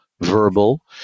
verbal